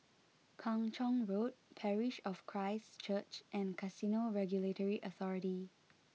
Kung Chong Road Parish of Christ Church and Casino Regulatory Authority